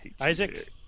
Isaac